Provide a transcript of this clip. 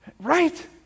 Right